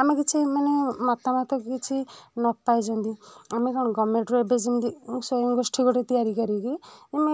ଆମେ କିଛି ମାନେ ମତାମତ କିଛି ନ ପାଇଛନ୍ତି ଆମେ କ'ଣ ଗଭର୍ଣ୍ଣମେଣ୍ଟରୁ ଏବେ ଯେମିତି ସ୍ବୟଂଗୋଷ୍ଠୀ ଗୋଟେ ତିଆରି କରିକି ଆମେ